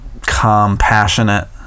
compassionate